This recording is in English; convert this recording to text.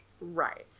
right